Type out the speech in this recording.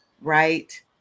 right